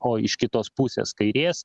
o iš kitos pusės kairės